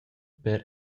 per